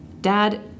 Dad